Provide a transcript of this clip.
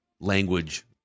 language